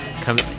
come